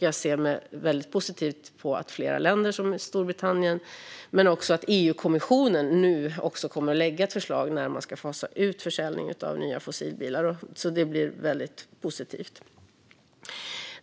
Jag ser väldigt positivt på att flera länder som Storbritannien har förslag och att även EU-kommissionen kommer att lägga fram förslag på när man ska fasa ut försäljningen av nya fossilbilar.